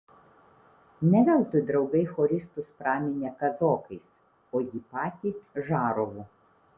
ne veltui draugai choristus praminė kazokais o jį patį žarovu